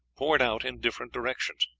poured out in different directions,